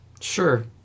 Sure